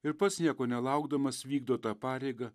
ir pats nieko nelaukdamas vykdo tą pareigą